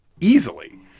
easily